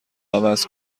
عوض